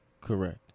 Correct